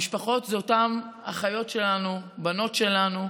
המשפחות הן אותן אחיות שלנו, בנות שלנו.